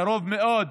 קרוב מאוד,